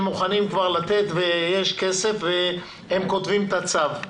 מוכנים כבר לתת ויש כסף והם כותבים את הצו.